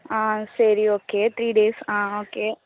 ஆ சரி okay three days ஆ okay